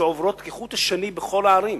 שעוברות כחוט השני בכל הערים.